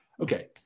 Okay